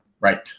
Right